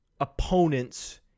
opponent's